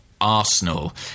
Arsenal